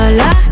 la